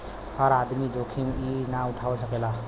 हर आदमी जोखिम ई ना उठा सकेला